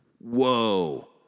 whoa